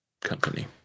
company